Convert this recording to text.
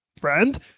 friend